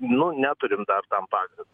nu neturim dar tam pagrindo